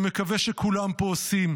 אני מקווה שכולם פה עושים,